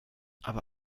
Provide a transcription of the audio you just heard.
aber